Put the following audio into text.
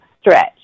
stretch